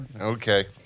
Okay